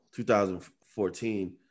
2014